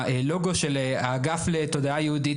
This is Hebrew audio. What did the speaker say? הלוגו של האגף לתודעה יהודית,